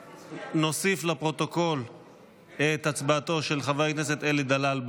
נוסיף לפרוטוקול את הצבעתו של חבר הכנסת אלי דלל,